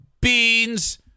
beans